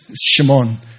Shimon